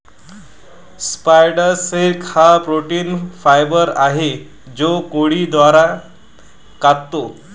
spider silk हा protein fibre आहे जो कोळी द्वारे काततो